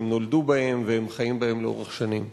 שהם נולדו בהם והם חיים בהם לאורך שנים.